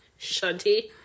Shanti